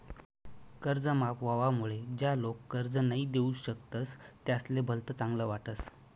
कर्ज माफ व्हवामुळे ज्या लोक कर्ज नई दिऊ शकतस त्यासले भलत चांगल वाटस